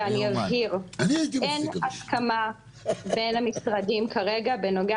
ואני אבהיר: אין הסכמה בין המשרדים כרגע בנוגע